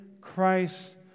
Christ